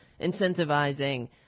incentivizing